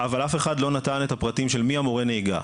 אבל אף אחד לא נתן את הפרטים של מי מורה הנהיגה,